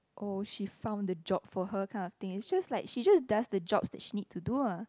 oh she found the job for her kind of thing it's just like she just does the jobs that she needs to do lah